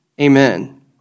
Amen